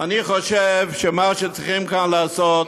אני חושב שמה שצריכים כאן לעשות,